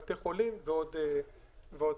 בתי חולים ועוד מפעלים.